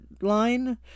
line